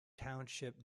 township